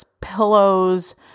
pillows